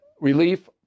relief